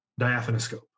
diaphanoscope